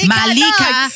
Malika